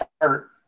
hurt